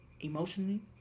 Emotionally